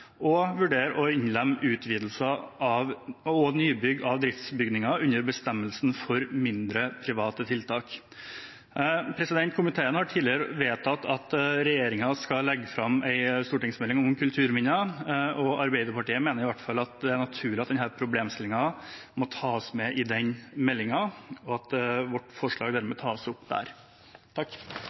og vurdere å innlemme «utvidelser og nybygg av driftsbygninger» i bestemmelsen for «mindre, private tiltak». Komiteen har tidligere vedtatt at regjeringen skal legge fram en stortingsmelding om kulturminner. Arbeiderpartiet mener i hvert fall at det er naturlig at denne problemstillingen må tas med i den meldingen, og at vårt forslag dermed tas opp der.